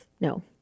No